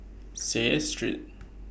Seah Street